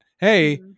Hey